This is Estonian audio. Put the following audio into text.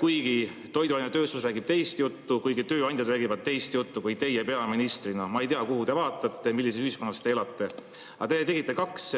kuigi toiduainetööstus räägib teist juttu, kuigi tööandjad räägivad teist juttu kui teie peaministrina. Ma ei tea, kuhu te vaatate, millises ühiskonnas te elate. Aga te tegite kaks